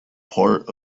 part